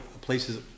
places